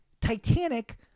Titanic